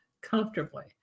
comfortably